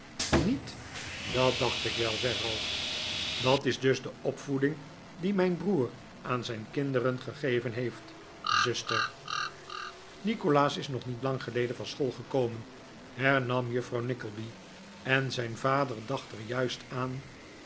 niet dat dacht ik well zei ralph dat is dus de opvoeding die mijn broer aan zijn kinderen gegeven heeft zuster nikolaas is nog niet lang geleden van school gekomen hernam juffrouw nickleby en zijn vader dacht er juist aan